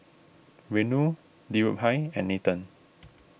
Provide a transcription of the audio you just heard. Renu Dhirubhai and Nathan